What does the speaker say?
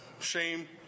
shame